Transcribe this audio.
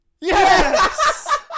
Yes